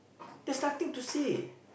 there's nothing to say